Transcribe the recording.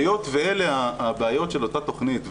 היות ואלה הבעיות של אותה תכנית,